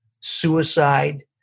suicide